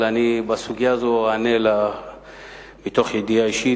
אבל בסוגיה הזו אני אענה מתוך ידיעה אישית.